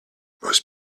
most